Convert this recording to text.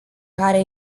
care